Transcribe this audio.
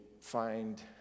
find